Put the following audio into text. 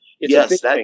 Yes